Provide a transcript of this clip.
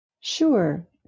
Sure